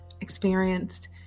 experienced